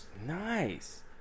nice